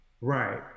Right